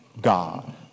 God